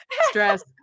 stress